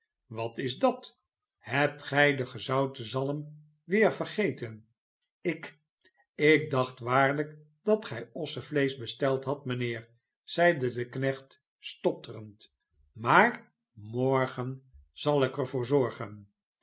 wat is dat hebt gij de gezouten zalm weer vergeten ik ik dacht waarlijk dat gij ossevleesch besteld hadt mijnheer zeide de knecht stotterend maar morgen zal ik er voor zorgen